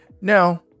Now